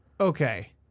Okay